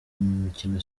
mukino